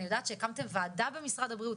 אני יודעת שהקמתם ועדה במשרד ה בריאות,